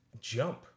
jump